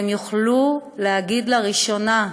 והם יוכלו להגיד לראשונה,